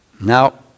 Now